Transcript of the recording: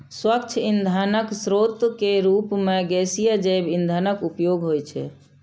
स्वच्छ ईंधनक स्रोत के रूप मे गैसीय जैव ईंधनक उपयोग होइ छै